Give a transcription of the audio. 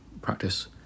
practice